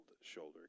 shoulder